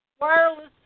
wireless